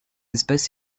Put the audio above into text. espèce